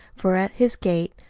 for at his gate,